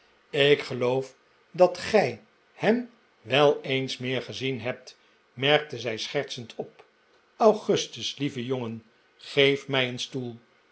ik geloof dat gij hem wel eens meer gezien hebt merkte zij schertsend op augustus lieve jongen geef mij een stoel